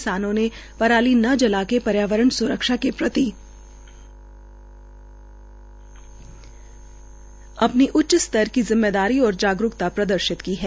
किसानों ने पराली न जला के पर्यावरण स्रक्षा के प्रति अपनी उच्च स्तर की जिम्मेवारी और जागरूकता प्रर्दशित की है